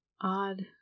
odd